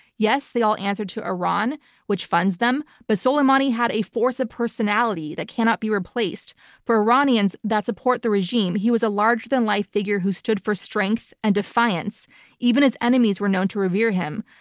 yes, they all answered to iran which funds them, but soleimani had a force, a personality that cannot be replaced for iranians that support the regime. he was a larger-than-life figure who stood for strength and defiance even as enemies were known to revere him.